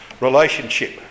relationship